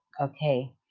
Okay